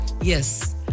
yes